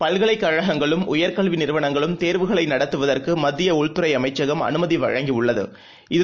பல்கலைக்கழகங்களும் உயர்கல்விநிறுவனங்களும் தேர்வுகளைநடத்துவதற்குமத்தியஉள்துறைஅமைச்சகம் அனுமதிவழங்கியுள்ளது